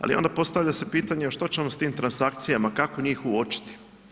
Ali onda postavlja se pitanje što ćemo s tim transakcijama, kako njih uočiti?